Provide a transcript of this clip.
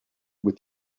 with